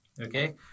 Okay